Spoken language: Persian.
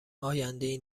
آیندهای